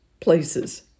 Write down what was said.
places